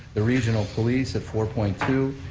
the regional police at four point two,